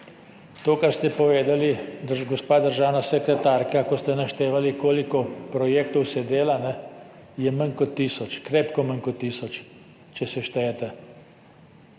to, kar ste povedali, gospa državna sekretarka, ko ste naštevali, koliko projektov se dela, je manj kot tisoč, krepko manj kot tisoč, če seštejete.